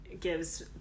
gives